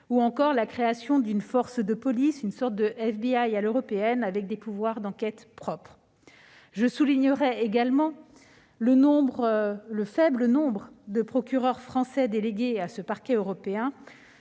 ou encore la création d'une force de police, une sorte de FBI « à l'européenne », avec des pouvoirs d'enquête propre. Je soulignerai également le faible nombre de procureurs français délégués à ce parquet européen,